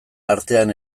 artean